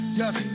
yes